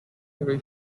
every